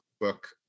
book